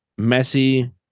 Messi